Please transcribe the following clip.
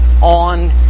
on